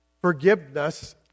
forgiveness